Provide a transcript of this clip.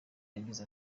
yagize